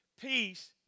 Peace